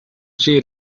she